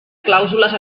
clàusules